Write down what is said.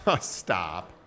stop